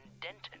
Denton